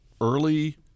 early